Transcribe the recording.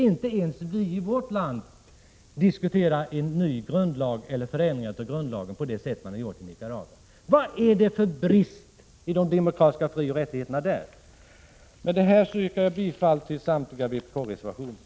Inte ens vi i vårt land diskuterar en ny grundlag eller förändringar i grundlagen på det sätt som man har gjort i Nicaragua. Vad är det för brist i de demokratiska frioch rättigheterna där? Med det här yrkar jag bifall till samtliga vpk-reservationer.